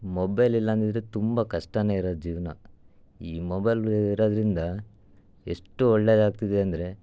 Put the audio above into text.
mobile ಇಲ್ಲಾಂದಿದ್ದರೆ ತುಂಬ ಕಷ್ಟನೇ ಇರೋದು ಜೀವನ ಈ ಮೊಬೈಲ್ ಇರೋದ್ರಿಂದ ಎಷ್ಟು ಒಳ್ಳೆಯದಾಗ್ತಿದೆ ಅಂದರೆ